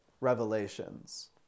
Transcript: revelations